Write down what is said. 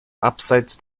abseits